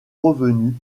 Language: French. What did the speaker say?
revenus